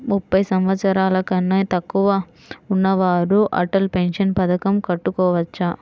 ముప్పై సంవత్సరాలకన్నా తక్కువ ఉన్నవారు అటల్ పెన్షన్ పథకం కట్టుకోవచ్చా?